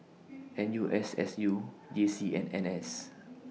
N U S S U J C and N S